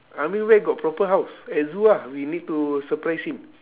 ah ming where got proper house at zoo ah we need to surprise him